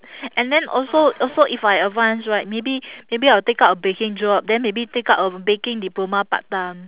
and then also also if I advance right maybe maybe I will take up a baking job then maybe take up a baking diploma part time